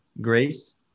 Grace